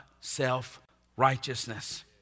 self-righteousness